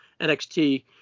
NXT